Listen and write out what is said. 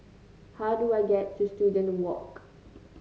how do I get to Student Walk